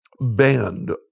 banned